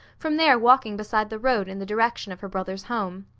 from there walking beside the road in the direction of her brother's home.